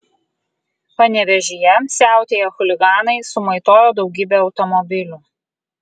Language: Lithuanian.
panevėžyje siautėję chuliganai sumaitojo daugybę automobilių